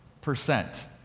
percent